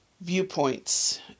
viewpoints